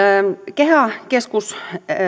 keha keskus